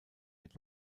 mit